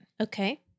Okay